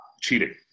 cheating